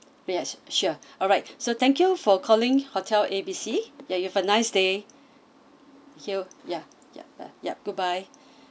yes sure alright so thank you for calling hotel A B C yeah you've a nice day thank you yeah yeah uh yeah goodbye